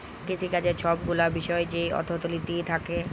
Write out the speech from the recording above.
কিসিকাজের ছব গুলা বিষয় যেই অথ্থলিতি থ্যাকে